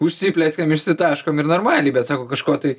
užsiplieskiam išsitaškom ir normaliai bet sako kažko tai